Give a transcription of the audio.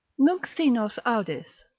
nunc si nos audis,